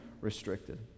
restricted